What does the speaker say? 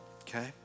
Okay